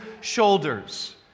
shoulders